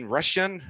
Russian